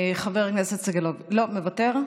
חבר הכנסת סגלוביץ' מוותר.